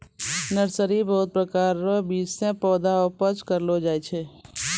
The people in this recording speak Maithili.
नर्सरी बहुत प्रकार रो बीज से पौधा उपज करलो जाय छै